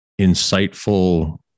insightful